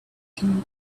can